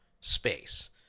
space